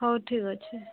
ହଉ ଠିକ୍ ଅଛି